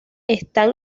están